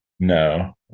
no